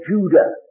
Judah